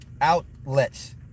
outlets